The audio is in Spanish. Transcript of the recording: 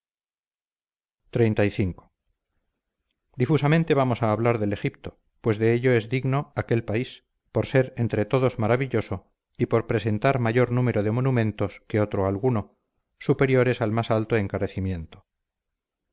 xxxv difusamente vamos a hablar del egipto pues de ello es digno aquel país por ser entre todos maravilloso y por presentar mayor número de monumentos que otro alguno superiores al más alto encarecimiento